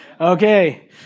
Okay